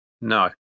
no